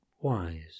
wise